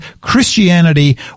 Christianity